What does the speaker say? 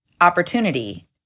opportunity